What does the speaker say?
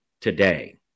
today